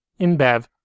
InBev